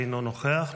אינו נוכח,